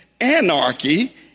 Anarchy